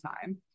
time